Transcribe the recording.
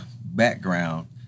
background